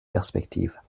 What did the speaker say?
perspectives